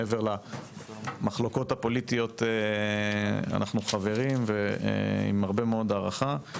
מעבר למחלוקות הפוליטיות אנחנו חברים ועם הרבה מאוד הערכה.